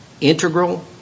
integral